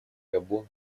габон